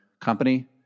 company